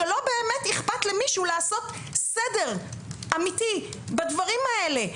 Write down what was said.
שלא באמת אכפת למישהו לעשות סדר אמיתי בדברים האלה.